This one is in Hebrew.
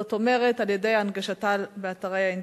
זאת אומרת על-ידי הנגשתה באתרי האינטרנט.